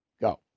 Go